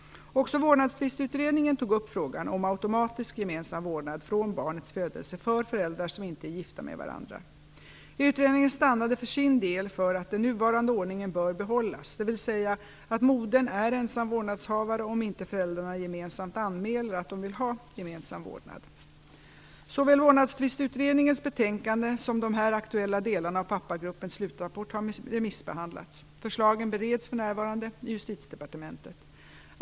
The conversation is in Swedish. Också Vårdnadstvistutredningen tog upp frågan om automatisk gemensam vårdnad från barnets födelse för föräldrar som inte är gifta med varandra. Utredningen stannade för sin del för att den nuvarande ordningen bör behållas, dvs. att modern är ensam vårdnadshavare om inte föräldrarna gemensamt anmäler att de vill ha gemensam vårdnad. Såväl Vårdnadstvistutredningens betänkande som de här aktuella delarna av Pappagruppens slutrapport har remissbehandlats. Förslagen bereds för närvarande i Justitiedepartementet.